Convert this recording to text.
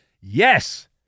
Yes